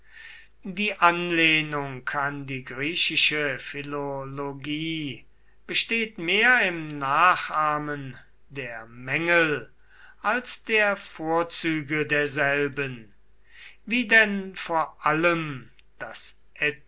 die anlehnung an die griechische philologie besteht mehr im nachahmen der mängel als der vorzüge derselben wie denn vor allem das